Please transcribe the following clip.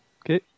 okay